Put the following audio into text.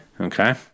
Okay